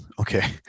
okay